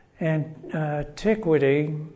antiquity